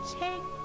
take